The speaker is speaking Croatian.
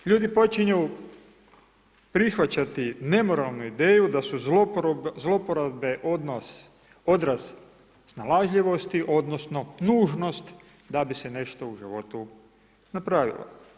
Ljudi počinju prihvaćati nemoralnu ideju da su zlouporabe odraz snalažljivosti, odnosno nužnost da bi se nešto u životu napravilo.